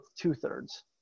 two-thirds